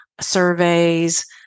surveys